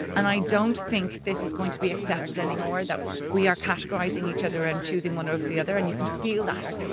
and i don't think this is going to be accepted anymore, that we are categorising each other and choosing one over the other and you can feel that.